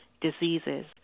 diseases